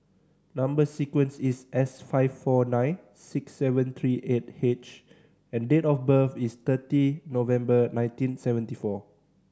number sequence is S five four nine six seven three eight H and date of birth is thirty November nineteen seventy four